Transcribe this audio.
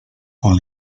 con